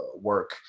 work